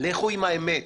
לכו עם האמת.